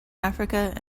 africa